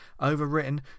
overwritten